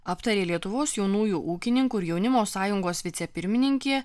aptarė lietuvos jaunųjų ūkininkų ir jaunimo sąjungos vicepirmininkė